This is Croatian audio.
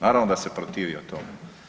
Naravno da se protivio tome.